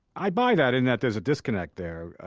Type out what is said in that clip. i buy that in that there is a disconnect there.